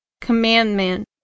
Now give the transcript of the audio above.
commandment